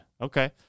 Okay